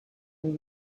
and